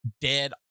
dead